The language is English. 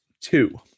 two